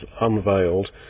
unveiled